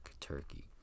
Turkey